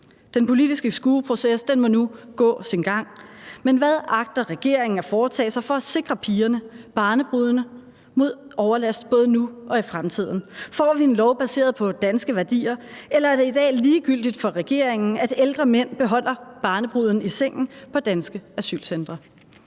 Den politiske skueproces må nu gå sin gang, men hvad agter regeringen at foretage sig for at sikre pigerne, barnebrudene, mod overlast både nu og i fremtiden? Får vi en lov baseret på danske værdier, eller er det i dag ligegyldigt for regeringen, at ældre mænd beholder barnebruden i sengen på danske asylcentre?